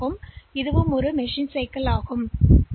எனவே இது machine cycle என்றும் அழைக்கப்படுகிறது